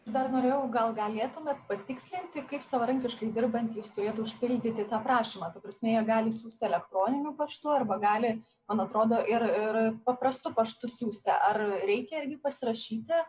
dar norėjau gal galėtumėt patikslinti kaip savarankiškai dirbantys turėtų užpildyti tą prašymą ta prasme jie gali siųsti elektroniniu paštu arba gali man atrodo ir ir paprastu paštu siųsti ar reikia irgi pasirašyti